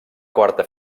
quarta